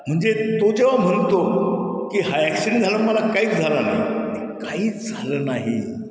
म्हणजे तो जेव्हा म्हणतो की हा ॲक्सिडेंट झाल्यावर मला काहीच झाला नाही काहीच झालं नाही